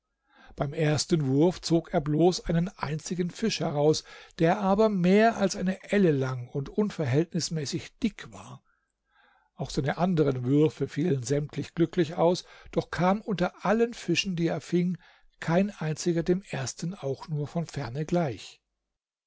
beim ersten wurf zog er bloß einen einzigen fisch heraus der aber mehr als eine elle lang und unverhältnismäßig dick war auch seine anderen würfe fielen sämtlich glücklich aus doch kam unter allen fischen die er fing kein einziger dem ersten auch nur von ferne gleich